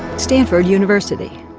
stanford university.